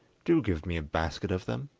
do give me a basket of them.